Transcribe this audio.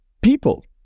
people